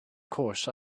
course